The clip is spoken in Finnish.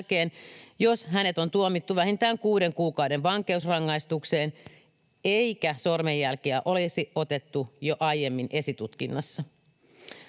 jos hänet on tuomittu vähintään 6 kuukauden vankeusrangaistukseen eikä sormenjälkiä olisi otettu jo aiemmin esitutkinnassa.